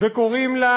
וקוראים לה